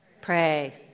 Pray